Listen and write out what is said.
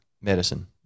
medicine